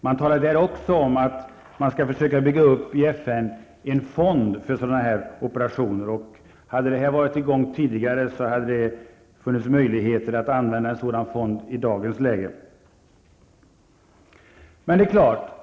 Man talar också om att försöka inom FN bygga upp en fond för sådana operationer. Hade detta varit i gång tidigare hade det nu funnits möjligheter att använda en sådan fond i dagens läge.